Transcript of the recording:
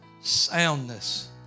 soundness